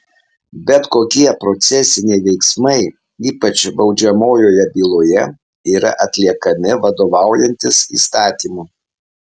bet kokie procesiniai veiksmai ypač baudžiamojoje byloje yra atliekami vadovaujantis įstatymu